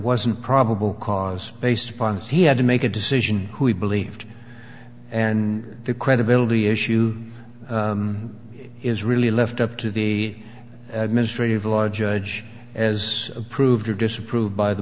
wasn't probable cause based upon he had to make a decision who he believed and the credibility issue is really left up to the administrative law judge as approved or disapproved by the